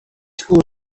school